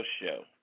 Show